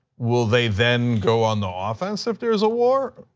will they then go on the offense if there is a war?